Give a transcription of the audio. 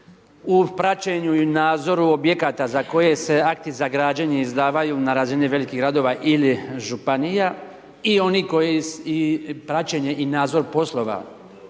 u praćenju i nadzoru objekata za koje se akti za građenje izdavaju na razini velikih gradova ili županija i praćenje i nadzor poslova